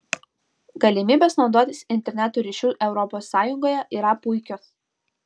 galimybės naudotis interneto ryšiu europos sąjungoje yra puikios